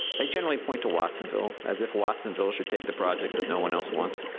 they generally point to watsonville, as if watsonville should take the project that no one else wants,